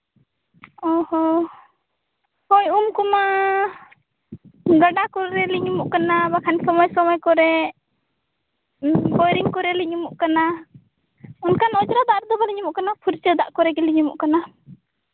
ᱚ ᱦᱚᱸ ᱦᱳᱭ ᱩᱱᱠᱩ ᱢᱟ ᱜᱟᱰᱟ ᱠᱚᱨᱮ ᱞᱤᱧ ᱩᱢᱩᱜ ᱠᱟᱱᱟ ᱵᱟᱠᱷᱟᱱ ᱥᱚᱢᱚᱭ ᱥᱚᱢᱚᱭ ᱠᱚᱨᱮᱜ ᱵᱳᱨᱤᱝ ᱠᱚᱨᱮ ᱞᱤᱧ ᱩᱢᱩᱜ ᱠᱟᱱᱟ ᱚᱱᱠᱟᱱ ᱚᱸᱡᱽᱨᱟ ᱫᱟᱜ ᱨᱮᱫᱚ ᱵᱟᱹᱞᱤᱧ ᱩᱢᱩᱜ ᱠᱟᱱᱟ ᱯᱷᱩᱨᱪᱟᱹ ᱫᱟᱜ ᱠᱚᱨᱮ ᱜᱮᱞᱤᱧ ᱩᱢᱩᱜ ᱠᱟᱱᱟ